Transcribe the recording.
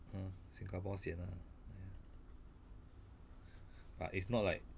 hmm singapore sian ah but it's not like